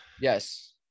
yes